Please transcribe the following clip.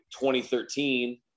2013